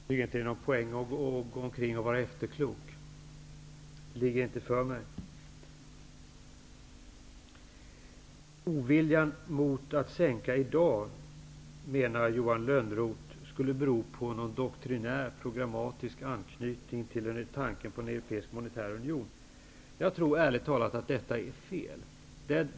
Herr talman! Jag tycker inte att det är någon poäng i att vara efterklok. Det ligger inte för mig. Johan Lönnroth menar att oviljan mot att sänka räntan i dag skulle bero på någon doktrinär programmatisk anknytning till tanken på en europeisk monetär union. Jag tror ärligt talat att detta är fel.